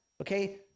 okay